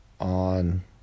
on